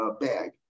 bag